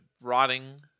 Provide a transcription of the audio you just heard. rotting